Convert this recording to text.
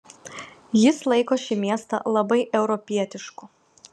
jis laiko šį miestą labai europietišku